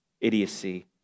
idiocy